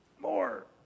More